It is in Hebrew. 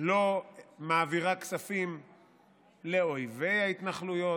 לא מעבירה כספים לאויבי ההתנחלויות